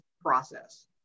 process